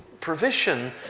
provision